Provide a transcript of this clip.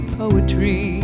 poetry